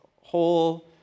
whole